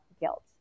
guilt